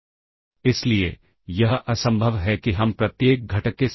तो इस तरह से पॉप इंस्ट्रक्शन एग्जीक्यूट होता है